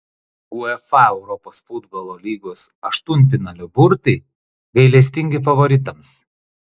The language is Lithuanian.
uefa europos futbolo lygos aštuntfinalio burtai gailestingi favoritams